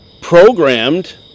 programmed